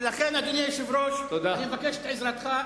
אדוני היושב-ראש, אני מבקש את עזרתך.